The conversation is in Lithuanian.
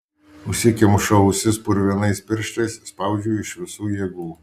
užsikemšu ausis purvinais pirštais spaudžiu iš visų jėgų